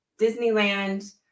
Disneyland